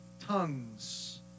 tongues